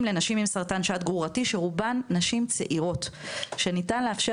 לנשים עם סרטן שד גרורתי שרובן נשים צעירות שניתן לאפשר